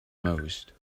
most